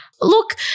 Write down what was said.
Look